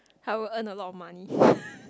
I would earn a lot off money